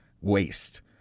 waste